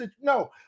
no